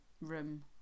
room